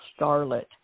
starlet